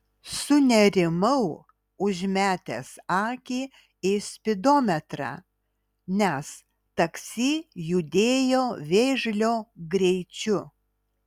sunerimau užmetęs akį į spidometrą nes taksi judėjo vėžlio greičiu